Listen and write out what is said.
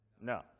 No